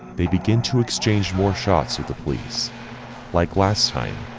they begin to exchange more shots of the police like last time,